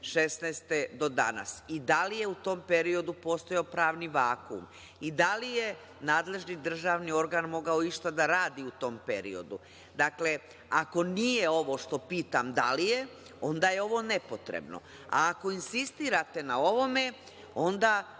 do danas? Da li je u tom periodu postojao pravni vakum? Da li je nadležni državni organ mogao išta da radi u tom periodu? Dakle, ako nije ovo što pitam da li je, onda je ovo nepotrebno. Ako insistirate na ovome, onda